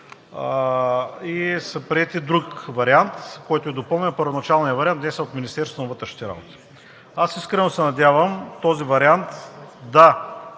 и са приели друг вариант, който е допълнил първоначалния вариант, внесен от Министерството на вътрешните работи. Искрено се надявам този вариант да